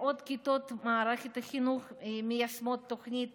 מאות כיתות במערכת החינוך מיישמות את תוכנית